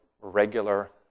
regular